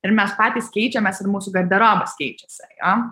ir mes patys keičiamės ir mūsų garderobas keičiasi jo